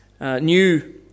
new